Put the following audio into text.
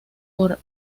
por